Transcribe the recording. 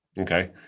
okay